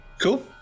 Cool